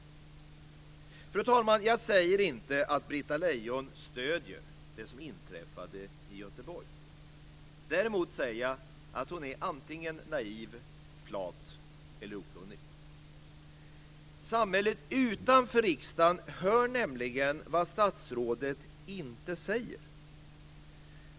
Fru talman! Jag säger inte att Britta Lejon stöder det som inträffade i Göteborg. Däremot säger jag att hon är antingen naiv, flat eller okunnig. Samhället utanför riksdagen hör nämligen vad statsrådet inte säger.